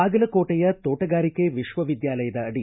ಬಾಗಲಕೋಟೆಯ ತೋಟಗಾರಿಕೆ ವಿಶ್ವವಿದ್ಯಾಲಯದ ಅಡಿ